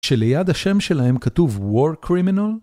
שליד השם שלהם כתוב War Criminal?